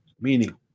meaning